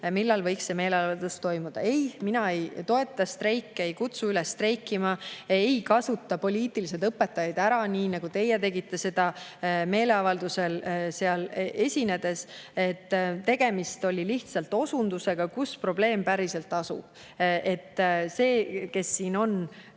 millal võiks see meeleavaldus toimuda?" Ei, mina ei toeta streike, ei kutsu üles streikima, ei kasuta õpetajaid poliitiliselt ära, nii nagu teie seda tegite meeleavaldusel esinedes. Tegemist oli lihtsalt osundusega, kus probleem päriselt asub. See, kes siin on